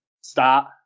start